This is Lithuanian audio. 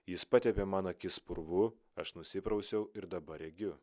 jis patepė man akis purvu aš nusiprausiau ir dabar regiu